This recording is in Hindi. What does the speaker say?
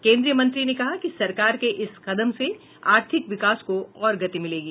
केन्द्रीय मंत्री ने कहा कि सरकार के इस कदम से आर्थिक विकास को और गति मिलेगी